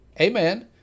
Amen